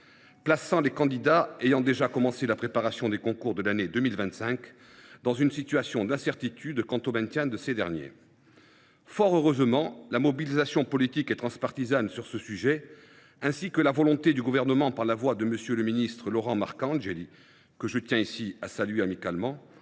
placé les candidats ayant déjà commencé la préparation des concours de l’année 2025 dans une situation d’incertitude quant au maintien de ces derniers. Fort heureusement, la mobilisation politique et transpartisane sur ce sujet ainsi que la volonté du Gouvernement, représenté par M. le ministre Laurent Marcangeli, que je tiens à saluer amicalement,